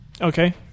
Okay